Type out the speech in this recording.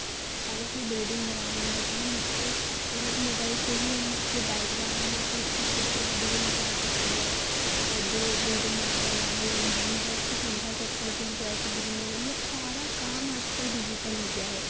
अगर कोई बिल्डिंग बनानी है तो हम उसके मतलब मोबाइल से ही हम उसके डायग्राम या कोई उसकी चित्र वगैरह निकाल सकते हैं और जो बिल्डिंग बनाने वाला है या इंजीनियर है उसको समझा सकते हैं कि हमको ऐसे बिल्डिंग बनानी है मतलब सारा काम आजकल डिजिटल हो गया है